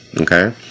okay